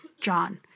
John